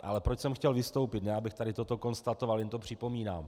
Ale proč jsem chtěl vystoupit, ne abych tady toto konstatoval, jen to připomínám.